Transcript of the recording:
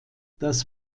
das